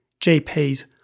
GPs